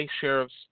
sheriff's